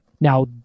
now